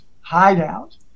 hideout